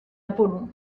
apollon